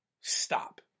Stop